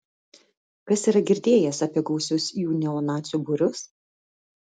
kas yra girdėjęs apie gausius jų neonacių būrius